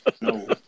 No